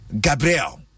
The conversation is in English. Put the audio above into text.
Gabriel